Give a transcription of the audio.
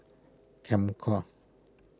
Comcare